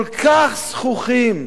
כל כך זחוחים.